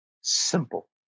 simple